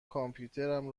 کامپیوترم